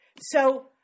So-